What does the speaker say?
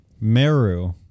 Meru